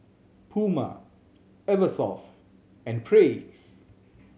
Puma Eversoft and Praise